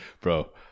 Bro